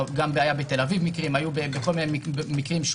היו גם בתל אביב כל מיני מקרים,